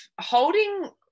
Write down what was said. holding